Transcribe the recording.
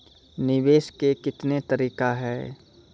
निवेश के कितने तरीका हैं?